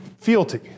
fealty